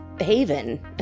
haven